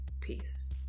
peace